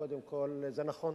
קודם כול, זה נכון,